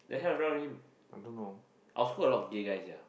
the hell is wrong with him our school a lot of gay guy sia